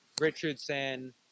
richardson